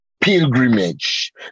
pilgrimage